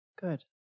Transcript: Good